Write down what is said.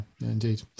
indeed